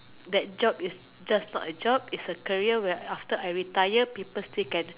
that job is just not a job is a career that after I retire people still can